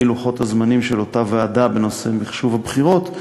לוחות הזמנים של אותה ועדה בנושא מחשוב הבחירות.